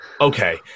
Okay